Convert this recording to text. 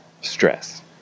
stress